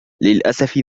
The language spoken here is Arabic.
للأسف